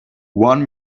one